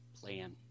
plan